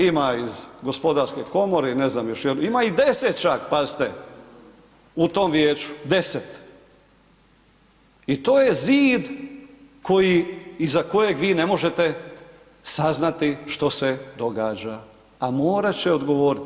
Ima iz Gospodarske komore i ne znam jel, ima ih 10 čak pazite u tom vijeću, 10 i to je zid iza kojeg vi ne možete saznati što se događa, a morat će odgovoriti.